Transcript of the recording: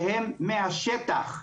שהם מהשטח.